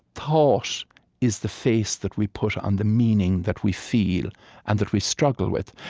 thought is the face that we put on the meaning that we feel and that we struggle with,